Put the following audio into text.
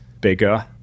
bigger